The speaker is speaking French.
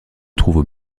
trouvent